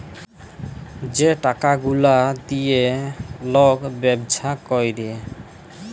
যে টাকা গুলা দিঁয়ে লক ব্যবছা ক্যরে